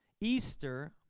Easter